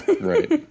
Right